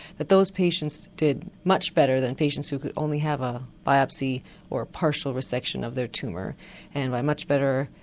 but those patients did much better than patients who could only have a biopsy or a partial resection of their tumour and by much better,